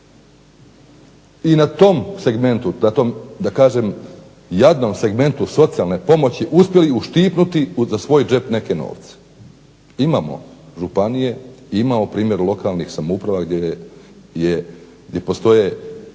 i na tom segmentu da kažem jadnom segmentu socijalne pomoći uspjeli uštipnuti za svoj džep neke novce. Imamo županije i imamo primjer lokalnih samouprava gdje postoje